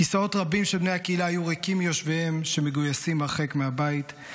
כיסאות רבים של בני הקהילה היו ריקים מיושביהם שמגויסים הרחק מהבית.